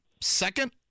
second